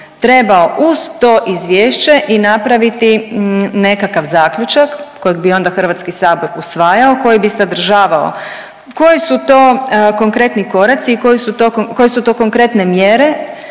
trebao uz to izvješće i napraviti nekakav zaključak kojeg bi onda HS usvajao koji bi sadržavao koji su to konkretni koraci i koji su to konkretne mjere